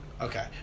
Okay